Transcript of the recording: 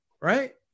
right